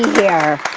here.